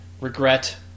Regret